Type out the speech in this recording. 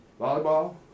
Volleyball